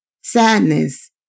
sadness